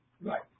Right